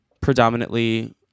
predominantly